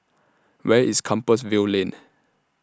Where IS Compassvale Lane